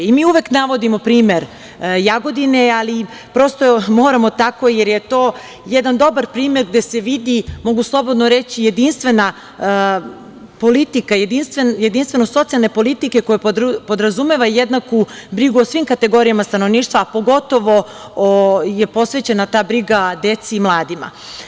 Mi uvek navodimo primer Jagodine, ali prosto moramo tako jer je to jedan dobar primer gde se vidi, mogu slobodno reći, jedinstvena politika, jedinstvo socijalne politike koje podrazumeva jednaku brigu o svim kategorijama stanovništva, a pogotovo je posvećena ta briga deci i mladima.